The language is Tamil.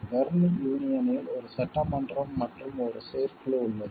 பெர்ன் யூனியனில் ஒரு சட்டமன்றம் மற்றும் ஒரு செயற்குழு உள்ளது